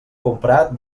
comprat